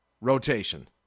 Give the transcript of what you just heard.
rotation